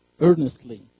earnestly